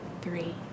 three